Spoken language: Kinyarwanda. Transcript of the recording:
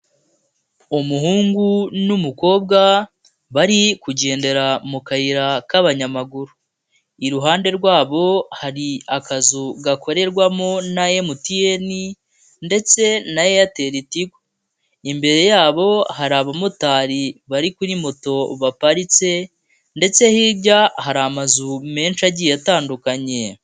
Umuhungu n'umukobwa bari kugendera mu kayira k'abanyamaguru, iruhande rwabo hari akazu gakorerwamo na MTN ndetse na Airtel-Tigo. Imbere yabo hari abamotari bari kuri moto baparitse ndetse hirya hari amazu menshi agiye atandukanye.